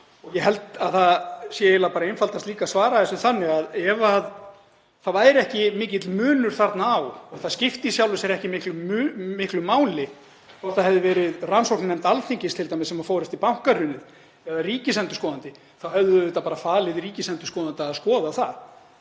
Ég held að það sé eiginlega einfaldast að svara þessu þannig að ef það væri ekki mikill munur þarna á og það skipti í sjálfu sér ekki miklu máli hvort það hefði verið rannsóknarnefnd Alþingis t.d. sem fór yfir bankahrunið eða ríkisendurskoðandi, þá hefðum við auðvitað bara falið ríkisendurskoðanda að skoða það.